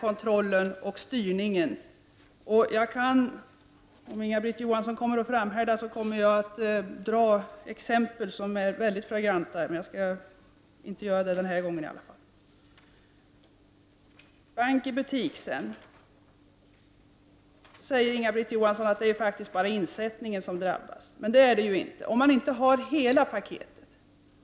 Om Inga-Britt Johansson framhärdar, kom mer jag att anföra exempel som är mycket flagranta, men jag skall i varje fall inte göra det i detta inlägg. Vad gäller bank i butik säger Inga-Britt Johansson att det bara är insättningarna som drabbas, men det är inte så.